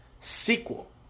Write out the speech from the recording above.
sequel